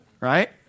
right